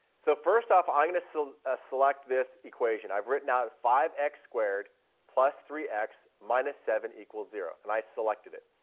so first off, i'm going to so ah select this equation. i have written out five x squared three x minus seven equals zero, and i selected it.